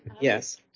yes